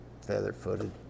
feather-footed